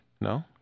No